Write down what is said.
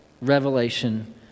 Revelation